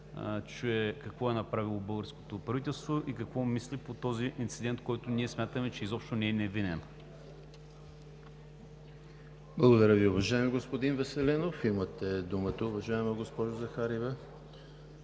чуе какво е направило българското правителство и какво мисли по този инцидент, който ние смятаме, че изобщо не е невинен? ПРЕДСЕДАТЕЛ ЕМИЛ ХРИСТОВ: Благодаря Ви, уважаеми господин Веселинов. Имате думата, уважаема госпожо Захариева,